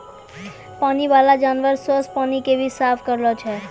पानी बाला जानवर सोस पानी के भी साफ करै छै